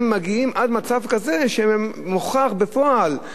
מגיעים עד מצב כזה שמוכח בפועל,